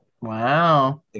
wow